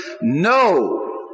no